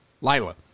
Lila